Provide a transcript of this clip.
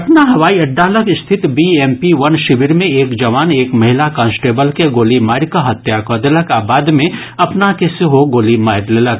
पटना हवाई अड्डा लग रिथत बी एम पी वन शिविर मे एक जवान एक महिला कांस्टेबल के गोली मारि कऽ हत्या कऽ देलक आ बाद मे अपना के सेहो गोली मारि लेलक